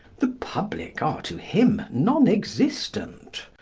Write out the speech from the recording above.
the public are to him non-existent.